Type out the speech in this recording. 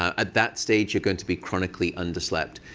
ah at that stage, you're going to be chronically underslept.